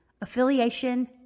affiliation